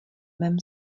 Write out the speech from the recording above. mém